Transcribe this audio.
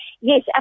yes